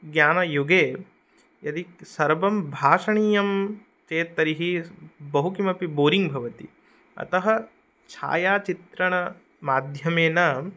ज्ञानयुगे यदि सर्वं भाषणीयं चेत् तर्हि बहु किमपि बोरिङ्ग् भवति अतः छायाचित्रणमाध्यमेन